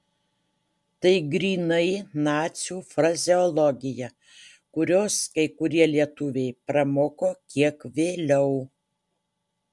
tai grynai nacių frazeologija kurios kai kurie lietuviai pramoko kiek vėliau